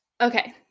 Okay